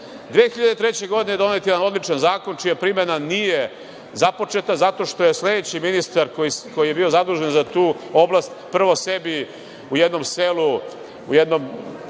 2003. donet je jedan odličan zakon čija primena nije započeta, zato što je sledeći ministar koji je bio zadužen za tu oblast, prvo sebi u jednom selu, pored